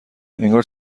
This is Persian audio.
انگار